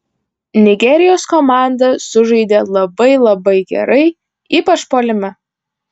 nigerijos komanda sužaidė labai labai gerai ypač puolime